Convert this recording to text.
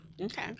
Okay